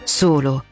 solo